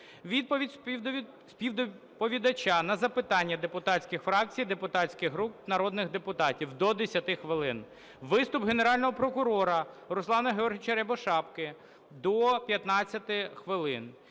Відповідь співдоповідача на запитання депутатських фракцій, депутатських груп, народних депутатів – до 10 хвилин. Виступ Генерального прокурора Руслана Георгійовича Рябошапки – до 15 хвилин.